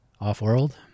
off-world